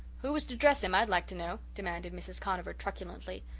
who was to dress him i'd like to know, demanded mrs. conover truculently.